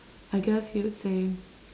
I guess you would say